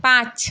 পাঁচ